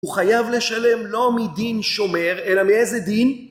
הוא חייב לשלם לא מדין שומר, אלא מאיזה דין?